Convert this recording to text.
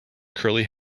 curly